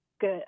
good